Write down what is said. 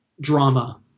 drama